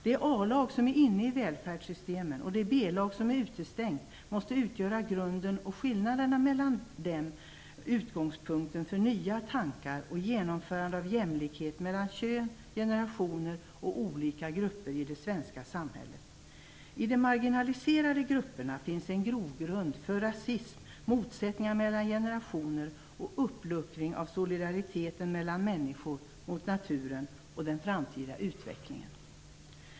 Det A-lag som är inne i välfärdssystemen och det B-lag som är utestängt måste utgöra grunden och skillnaderna mellan dem utgångspunkten för nya tankar om genomförandet av jämlikhet mellan kön, generationer och olika grupper i det svenska samhället. I de marginaliserade grupperna finns en grogrund för rasism, motsättningar mellan generationer och uppluckring av solidariteten mellan människor, gentemot naturen och den framtida utvecklingen.